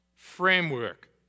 framework